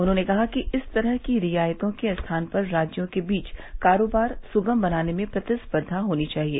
उन्होंने कहा कि इस तरह की रियायतों के स्थान पर राज्यों के बीच कारोबार सुगम बनाने में प्रतिस्पर्धा होनी चाहिए